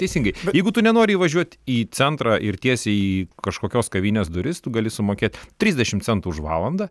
teisingai jeigu tu nenori įvažiuot į centrą ir tiesiai į kažkokios kavinės duris tu gali sumokėt trisdešimt centų už valandą